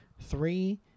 three